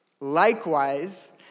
Likewise